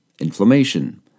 inflammation